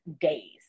days